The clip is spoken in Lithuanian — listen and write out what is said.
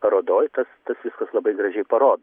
parodoj tas tas viskas labai gražiai parodoma